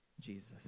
Jesus